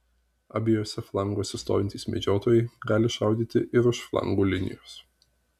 abiejuose flanguose stovintys medžiotojai gali šaudyti ir už flangų linijos